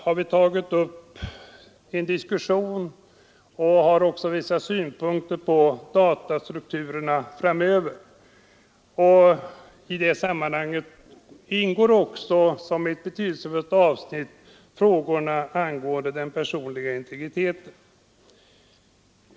I en motion har vi från centern anfört vissa synpunkter på de framtida datastrukturerna, och där ingår som ett betydelsefullt avsnitt frågorna angående den personliga integriteten.